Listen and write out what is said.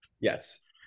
Yes